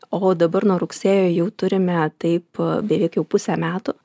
o dabar nuo rugsėjo jau turime taip beveik jau pusę metų